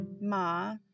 Ma